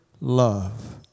love